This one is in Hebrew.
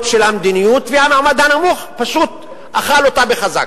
של המדיניות והמעמד הנמוך פשוט אכל אותה בחזק.